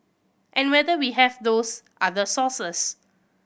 and whether we have those other sources